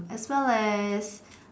as well as